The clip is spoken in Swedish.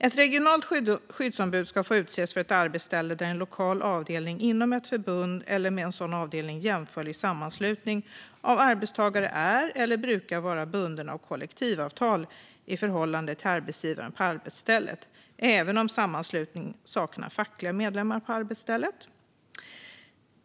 Ett regionalt skyddsombud ska få utses för ett arbetsställe där en lokal avdelning inom ett förbund eller en med sådan avdelning jämförlig sammanslutning av arbetstagare är eller brukar vara bunden av kollektivavtal i förhållande till arbetsgivaren på arbetsstället, även om sammanslutningen saknar fackliga medlemmar på arbetsstället.